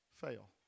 fail